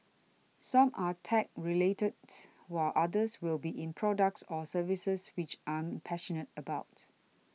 some are tech related while others will be in products or services which I'm passionate about